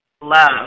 love